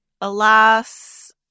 alas